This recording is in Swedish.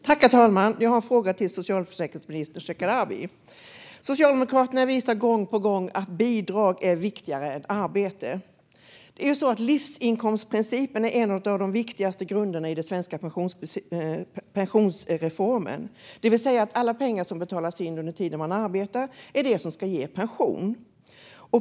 Herr talman! Jag har en fråga till socialförsäkringsminister Ardalan Shekarabi. Socialdemokraterna visar gång på gång att bidrag är viktigare än arbete. Det är ju så att livsinkomstprincipen är en av de viktigaste grunderna i den svenska pensionsreformen, det vill säga att det är alla pengar som betalas in under tiden man arbetar som ska ge pension.